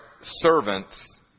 servants